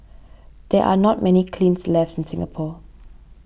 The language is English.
there are not many kilns left in Singapore